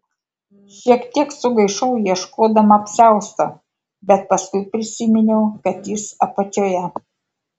šiek tiek sugaišau ieškodama apsiausto bet paskui prisiminiau kad jis apačioje